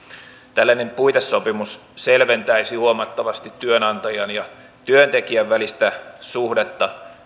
tällainen puitesopimus selventäisi huomattavasti työnantajan ja työntekijän välistä suhdetta